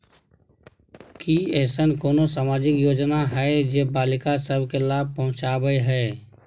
की ऐसन कोनो सामाजिक योजना हय जे बालिका सब के लाभ पहुँचाबय हय?